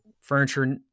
furniture